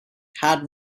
had